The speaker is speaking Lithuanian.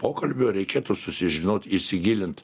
pokalbio reikėtų susižinot įsigilint